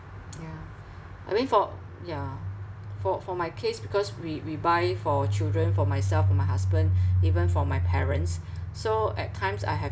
yeah I mean for ya for for my case because we we buy for our children for myself for my husband even for my parents so at times I have